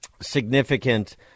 significant